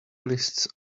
lists